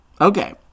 okay